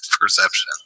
perception